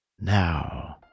now